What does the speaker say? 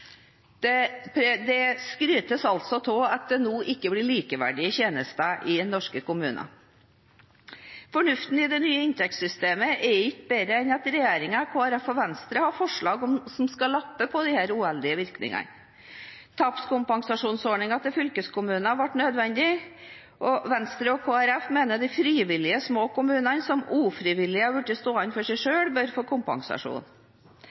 seg sammen». Det skrytes altså av at det nå ikke blir likeverdige tjenester i norske kommuner. Fornuften i det nye inntektssystemet er ikke bedre enn at regjeringen, Kristelig Folkeparti og Venstre har forslag som skal lappe på disse uheldige virkningene. En tapskompensasjonsordning til fylkeskommunene ble nødvendig, og Venstre og Kristelig Folkeparti mener at små kommuner som ufrivillig er blitt stående for seg selv, bør få kompensasjon.